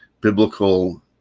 biblical